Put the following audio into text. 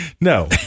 No